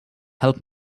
help